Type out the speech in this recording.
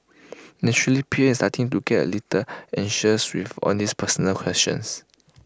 naturally P M is starting to get A little anxious with all these personal questions